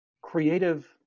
creative